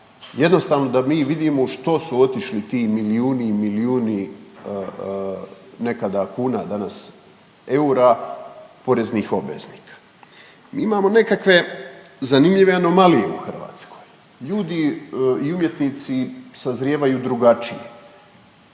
jednostavno da mi vidimo u što su otišli ti milijuni i milijuni nekada kuna, danas eura poreznih obveznika. Imamo nekakve zanimljive anomalije u Hrvatskoj, ljudi u umjetnici sazrijevaju drugačije.